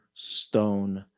stone,